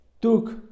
took